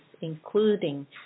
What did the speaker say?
including